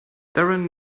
darren